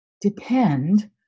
depend